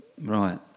Right